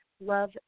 Love